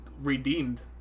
redeemed